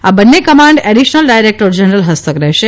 આ બંને command additional director general હસ્તક રહેશે